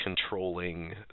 controlling